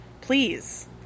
please